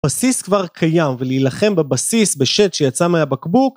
בסיס כבר קיים ולהילחם בבסיס בשט שיצא מהבקבוק.